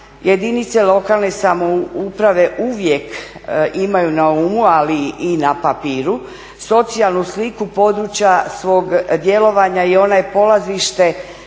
jedinice lokalne samouprave uvijek imaju na umu ali i na papiru socijalnu sliku područja svog djelovanja i ona je polazište